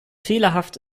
fehlerhaft